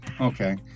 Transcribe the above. Okay